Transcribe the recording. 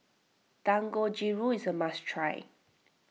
Dangojiru is a must try